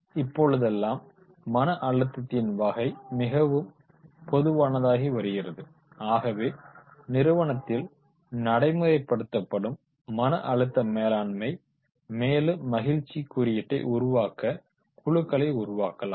இப்பொழுதெல்லாம் மன அழுத்தத்தின் வகை மிகவும் பொதுவானதாகி வருகிறது ஆகவே நிறுவனத்தில் நடைமுறைப்படுத்தப்படும் மன அழுத்த மேலாண்மை மேலும் மகிழ்ச்சி குறியீட்டை உருவாக்கு குழுக்களை உருவாக்கலாம்